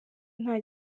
nta